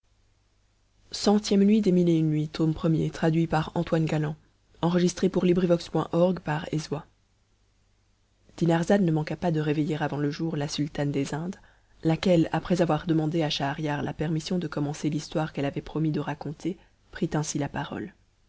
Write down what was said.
nuit dinarzade ne manqua pas de réveiller avant le jour la sultane des indes laquelle après avoir demandé à schahriar la permission de commencer l'histoire qu'elle avait promis de raconter prit ainsi la parole